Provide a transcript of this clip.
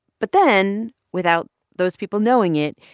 but then without those people knowing it,